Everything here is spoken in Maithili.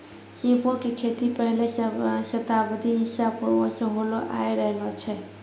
सीपो के खेती पहिले शताब्दी ईसा पूर्वो से होलो आय रहलो छै